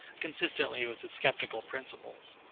consistently with his sceptical principles.